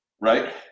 right